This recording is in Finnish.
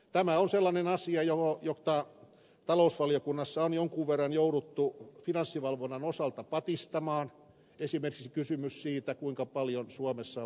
tämä on sellainen asia jota talousvaliokunnassa on jonkun verran jouduttu finanssivalvonnan osalta patistamaan esimerkiksi kysymys siitä kuinka paljon suomessa on vakuudettomia luottoja